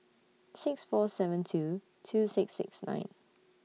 six four seven two two six six nine